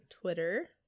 twitter